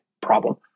problem